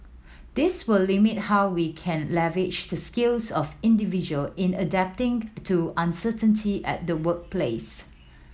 this will limit how we can leverage the skills of individual in adapting to uncertainty at the workplace